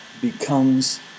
becomes